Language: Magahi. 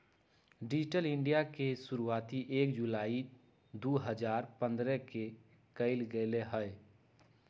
डिजिटल इन्डिया के शुरुआती एक जुलाई दु हजार पन्द्रह के कइल गैले हलय